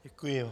Děkuji.